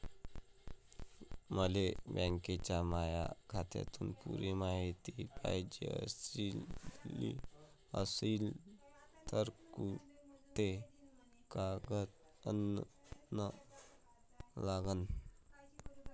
मले बँकेच्या माया खात्याची पुरी मायती पायजे अशील तर कुंते कागद अन लागन?